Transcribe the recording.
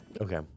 okay